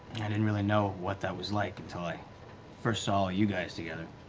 i didn't really know what that was like until i first saw you guys together.